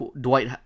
Dwight